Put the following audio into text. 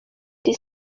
did